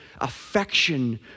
affection